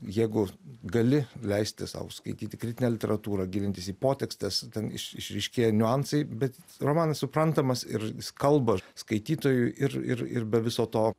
jeigu gali leisti sau skaityti kritinę literatūrą gilintis į potekstes ten iš išryškėja niuansai bet romanas suprantamas ir jis kalba skaitytojui ir ir ir be viso to